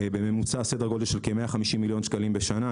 בממוצע סדר גודל של כ-150 מיליון שקלים בשנה.